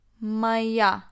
Maya